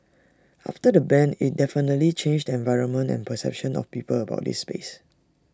after the ban IT definitely changed the environment and perception of people about this space